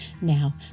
Now